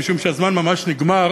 משום שהזמן ממש נגמר,